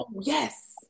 Yes